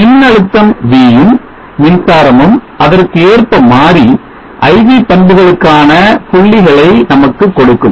மின் அழுத்தம் V ம் மின்சாரமும் அதற்கு ஏற்ப மாறி I V பண்புகளுக்கான புள்ளிகளை நமக்கு கொடுக்கும்